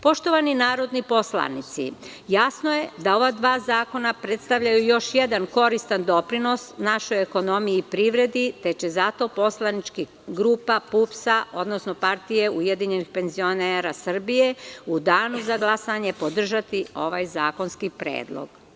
Poštovani narodni poslanici, jasno je da ova dva zakona predstavljaju još jedan koristan doprinos našoj ekonomiji i privredi, te će zato poslanička grupa PUPS, odnosno Partije ujedinjenih penzionera Srbije, u danu za glasanje podržati ovaj zakonski predlog.